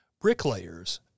bricklayers